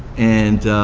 and